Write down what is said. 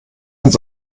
uns